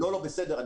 בסדר.